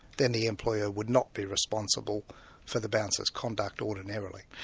then the employer would not be responsible for the bouncer's conduct ordinarily.